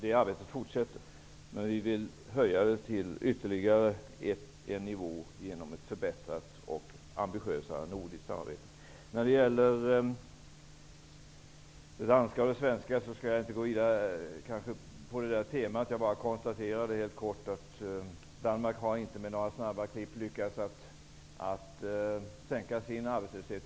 Det arbetet fortsätter självfallet, men vi vill höja dess nivå ytterligare ett steg genom ett förbättrat och mera ambitiöst nordiskt samarbete. Jag skall inte gå vidare på temat det danska och det svenska. Jag vill bara helt kort konstatera att Danmark inte med några snabba klipp har lyckats att sänka sin arbetslöshet.